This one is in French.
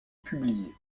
publiée